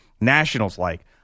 Nationals-like